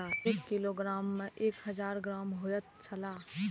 एक किलोग्राम में एक हजार ग्राम होयत छला